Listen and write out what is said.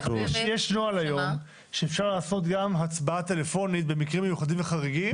היום יש נוהל לפיו אפשר לעשות גם הצבעה טלפונית במקרים מיוחדים וחריגים.